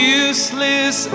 useless